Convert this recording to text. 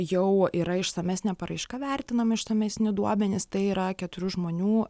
jau yra išsamesnė paraiška vertinami išsamesni duomenys tai yra keturių žmonių